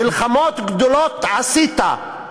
מלחמות גדולות עשית,